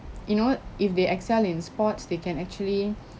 you know if they excel in sports they can actually